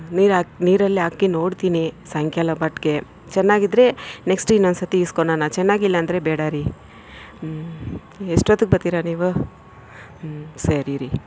ನೀರಾಗೆ ನೀರಲ್ಲಿ ಹಾಕಿ ನೋಡ್ತೀನಿ ಸಾಯಂಕಾಲ ಬಟ್ಟೆ ಚೆನ್ನಾಗಿದ್ರೆ ನೆಕ್ಸ್ಟ್ ಇನ್ನೊಂದ್ಸತಿ ಇಸ್ಕೊಳೋಣ ಚೆನ್ನಾಗಿಲ್ಲ ಅಂದರೆ ಬೇಡ ರೀ ಹ್ಞೂ ಎಷ್ಟೊತ್ಗೆ ಬರ್ತೀರಾ ನೀವು ಹ್ಞೂ ಸರಿ ರೀ